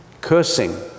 cursing